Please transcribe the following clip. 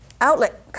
outlet